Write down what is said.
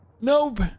Nope